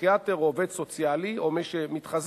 פסיכיאטר או עובד סוציאלי או מי שמתחזה